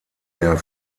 der